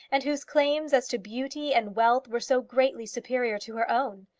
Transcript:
and whose claims as to beauty and wealth were so greatly superior to her own.